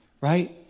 right